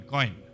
Coin